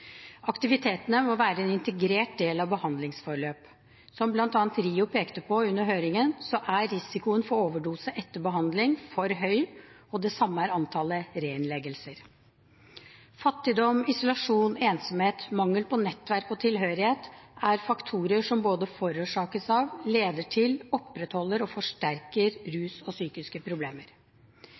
Aktivitet må være en integrert del av et behandlingsforløp. Som bl.a. RIO pekte på under høringen, er risikoen for overdose etter behandling for høy, og det samme er antallet reinnleggelser. Fattigdom, isolasjon, ensomhet og mangel på nettverk og tilhørighet er faktorer som både forårsakes av, leder til, opprettholder og forsterker rusproblemer og psykiske problemer.